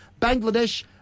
Bangladesh